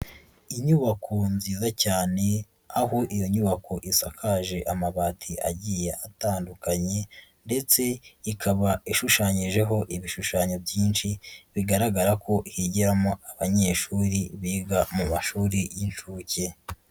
Inyubako nziza cyane, aho iyo nyubako isakaje amabati agiye atandukanye ndetse ikaba ishushanyijeho ibishushanyo byinshi, bigaragara ko yigiramo abanyeshuri biga mu mashuri y'inshuke.